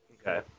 Okay